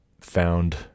found